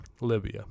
Libya